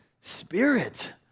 spirit